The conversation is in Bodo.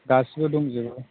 गासैबो दंजोबो